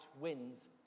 wins